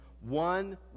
One